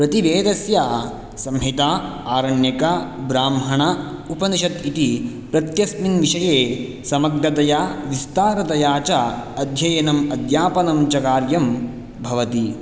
प्रतिवेदस्य संहिता आरण्यक ब्राह्मण उपनिषत् इति प्रत्यस्मिन् विषये समग्रतया विस्तारतया च अध्ययनम् अध्यापनं च कार्यं भवति